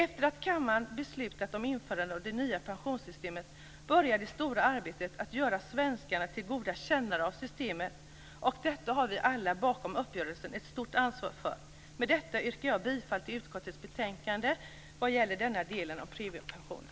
Efter det att kammaren har beslutat om införandet av det nya pensionssystemet börjar det stora arbetet att göra svenskarna till goda kännare av systemet. Detta har vi alla bakom uppgörelsen ett stort ansvar för. Med detta yrkar jag bifall till utskottets hemställan i betänkandet vad gäller delen om premiepensionen.